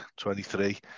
23